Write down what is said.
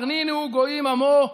הרנינו גויִם עמו,